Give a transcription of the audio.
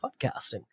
podcasting